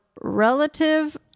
relative